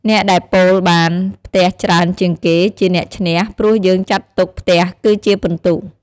អ្នកដែលប៉ូលបានផ្ទះច្រើនជាងគេជាអ្នកឈ្នះ ព្រោះយើងចាត់ទុកផ្ទះគឺជាពិន្ទុ។